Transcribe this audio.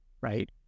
right